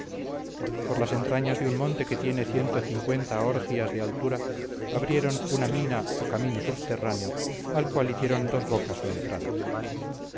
por las entrañas de un monte que tiene orgias de altura abrieron una mina o camino subterráneo al cual hicieron dos bocas o entradas